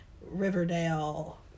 Riverdale